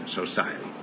society